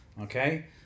Okay